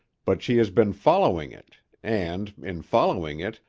but she has been following it, and, in following it,